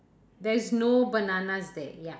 there's no bananas there ya